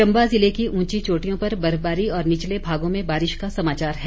चंबा ज़िले की ऊंची चोटियों पर बर्फबारी और निचले भागों में बारिश का समाचार है